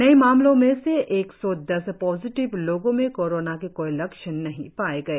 नए मामलों में एक सौ दस पॉजिटीव लोगों में कोरोना के कोई लक्षण नही पाए गए